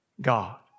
God